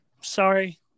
sorry